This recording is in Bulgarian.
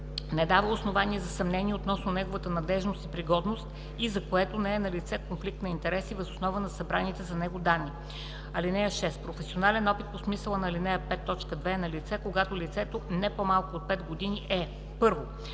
не дава основание за съмнение относно неговата надеждност и пригодност и за което не е налице конфликт на интереси въз основа на събраните за него данни. (6) Професионален опит по смисъла на ал. 5, т. 2 е налице, когато лицето не по-малко от 5 години е: 1.